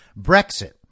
Brexit